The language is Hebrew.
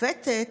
השופטת